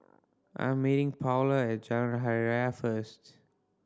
I'm meeting Paola at Jalan Hari Raya first